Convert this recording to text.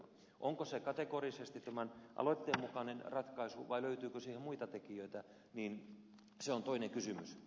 onko se kategorisesti tämän aloitteen mukainen ratkaisu vai löytyykö siihen muita tekijöitä se on toinen kysymys